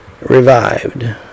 revived